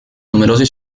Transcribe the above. numerosi